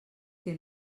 que